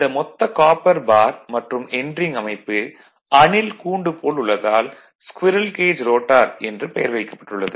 இந்த மொத்த copper bar மற்றும் எண்ட் ரிங் அமைப்பு அணில் கூண்டு போல் உள்ளதால் ஸ்கரீல் கேஜ் ரோட்டார் என்று பெயர் வைக்கப்பட்டுள்ளது